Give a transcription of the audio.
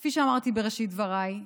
כפי שאמרתי בראשית דבריי,